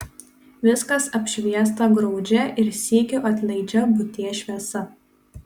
viskas apšviesta graudžia ir sykiu atlaidžia būties šviesa